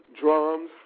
drums